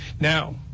Now